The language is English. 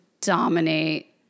dominate